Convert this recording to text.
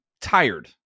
tired